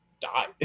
die